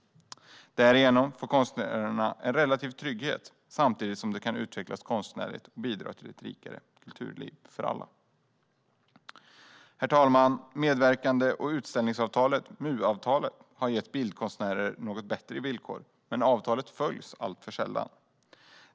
Därigenom får konstnärerna en relativ trygghet samtidigt som de kan utvecklas konstnärligt och bidra till ett rikare kulturliv för alla. Herr talman! Medverkan och utställningsavtalet, MU-avtalet, har gett bildkonstnärer något bättre villkor, men avtalet följs alltför sällan.